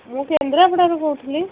ମୁଁ କେନ୍ଦ୍ରାପଡ଼ାରୁ କହୁଥିଲି